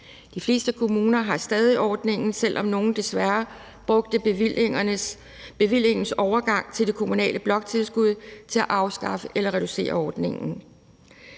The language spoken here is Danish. De fleste kommuner har stadig ordningen, selv om nogle desværre brugte bevillingens overgang til det kommunale bloktilskud til at afskaffe eller reducere ordningen.